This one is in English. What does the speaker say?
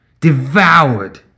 devoured